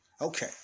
Okay